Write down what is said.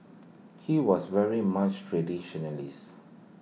he was very much traditionalist